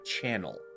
Channel